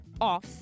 off